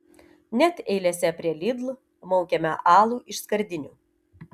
net eilėse prie lidl maukiame alų iš skardinių